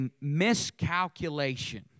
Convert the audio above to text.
miscalculation